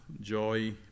joy